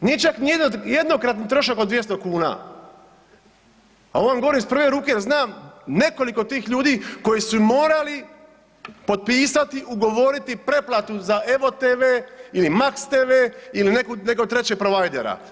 Nije čak ni jednokratni trošak od 200 kuna, a ovo vam govorim iz prve ruke jer znam nekoliko tih ljudi koji su morali potpisati i ugovoriti preplatu za EVOtv ili MAXtv ili neku, nekog trećeg pravajdera.